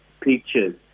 pictures